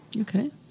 Okay